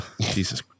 Jesus